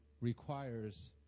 requires